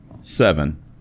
seven